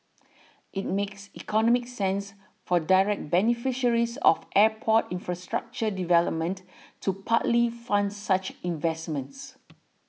it makes economic sense for direct beneficiaries of airport infrastructure development to partly fund such investments